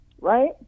right